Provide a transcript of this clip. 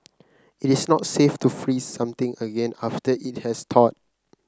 it is not safe to freeze something again after it has thawed